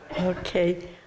Okay